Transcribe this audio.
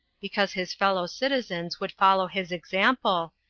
because his fellow citizens would follow his example,